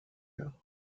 you